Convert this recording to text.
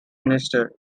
minister